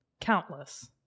countless